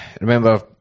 remember